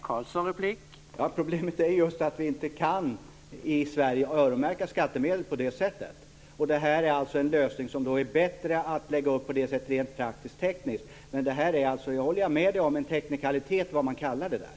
Herr talman! Problemet är just att vi i Sverige inte kan öronmärka skattemedel på det sättet. Det är rent praktisk-tekniskt en bättre lösning att man har en avgift. Men jag håller med Thomas Julin om att det är en teknikalitet vad man kallar det för.